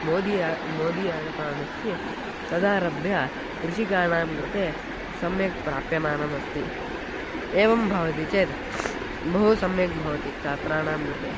मोदी आं मोदी आगतवानस्ति तदारभ्य कृषिकाणां कृते सम्यक् प्राप्यमानमस्ति एवं भवति चेत् बहु सम्यक् भवति छात्राणां कृते